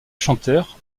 chanteur